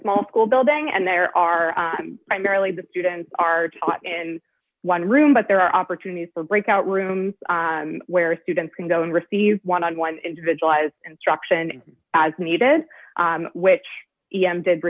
small school building and there are merely the students are taught in one room but there are opportunities for breakout rooms where students can go and receive one on one individual as instruction as needed which e m did